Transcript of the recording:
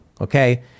okay